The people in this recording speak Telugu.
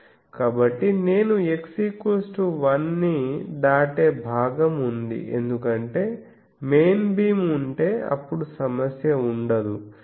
కాబట్టి నేను x 1 ని దాటే భాగం ఉంది ఎందుకంటే మెయిన్ బీమ్ ఉంటే అప్పుడు సమస్య ఉండదు